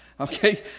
Okay